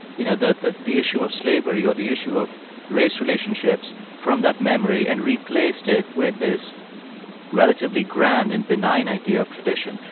you know, the the issue of slavery or the issue of race relationships from that memory and replaced it with this relatively grand and benign idea of tradition.